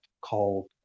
called